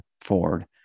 Ford